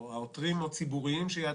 או העותרים הציבוריים שיעתרו,